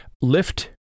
Lift